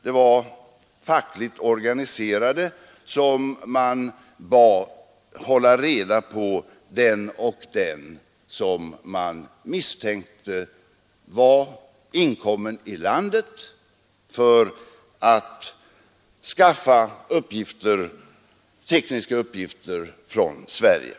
Det var fackligt organiserade som man bad hålla reda på den och den som man misstänkte hade kommit in i landet för att skaffa tekniska uppgifter från Sverige.